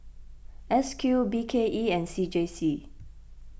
S Q B K E and C J C